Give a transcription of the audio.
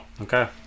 okay